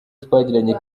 twagiranye